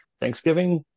Thanksgiving